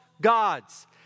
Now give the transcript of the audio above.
gods